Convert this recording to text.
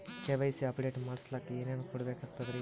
KYC update ಮಾಡಸ್ಲಕ ಏನೇನ ಕೊಡಬೇಕಾಗ್ತದ್ರಿ?